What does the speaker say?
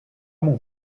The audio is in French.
mon